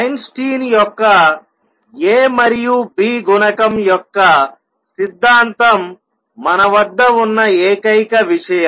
Einstein యొక్క a మరియు b గుణకం యొక్క సిద్ధాంతం మన వద్ద ఉన్న ఏకైక విషయం